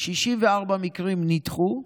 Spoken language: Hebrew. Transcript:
64 מקרים נדחו,